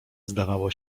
zdawało